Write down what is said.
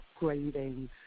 upgrading